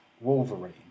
Wolverine